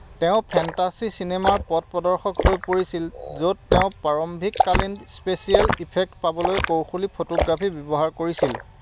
তেওঁ ফেণ্টাচি চিনেমাৰ পথ প্ৰদৰ্শক হৈ পৰিছিল য'ত তেওঁ প্ৰাৰম্ভিককালীন স্পেচিয়েল ইফেক্ট পাবলৈ কৌশলী ফটোগ্ৰাফী ব্যৱহাৰ কৰিছিল